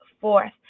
fourth